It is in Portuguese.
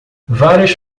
várias